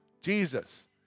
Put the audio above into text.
Jesus